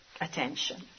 attention